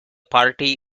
party